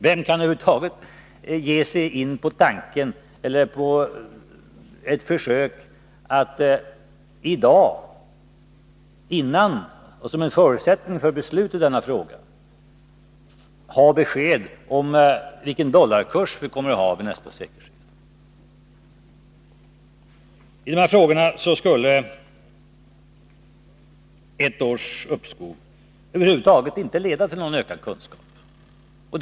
Vem kan över huvud taget ge sig på ett försök att i dag, innan och som en förutsättning för beslut i denna fråga, veta besked om vilken dollarkurs vi kommer att ha vid nästa sekelskifte? I dessa frågor skulle ett års uppskov över huvud taget inte leda till ökade kunskaper.